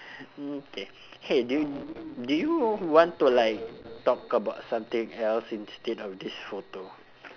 mm K hey do you do you want to like talk about something else instead of this photo